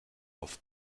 auf